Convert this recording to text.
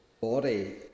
body